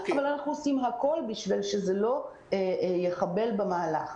אנחנו עושים הכל בשביל שזה לא יחבל במהלך.